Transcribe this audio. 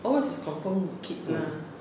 ours is confirm kids lah